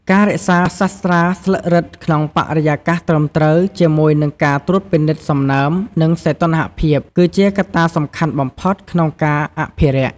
ការរក្សាសាស្រ្តាស្លឹករឹតក្នុងបរិយាកាសត្រឹមត្រូវជាមួយនឹងការត្រួតពិនិត្យសំណើម និងសីតុណ្ហភាព គឺជាកត្តាសំខាន់បំផុតក្នុងការអភិរក្ស។